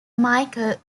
michael